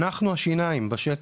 אנחנו השיניים בשטח.